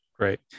Great